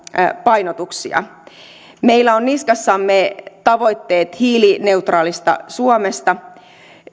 painotuksia meillä on niskassamme tavoitteet hiilineutraalista suomesta